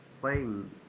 playing